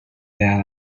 that